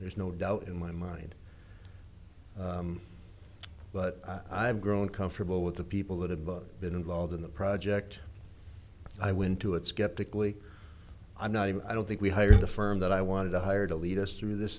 there's no doubt in my mind but i've grown comfortable with the people that have been involved in the project i went to it skeptically i'm not even i don't think we hired the firm that i wanted to hire to lead us through this